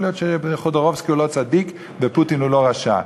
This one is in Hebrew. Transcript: יכול להיות שחודורקובסקי הוא לא צדיק ופוטין הוא לא רשע,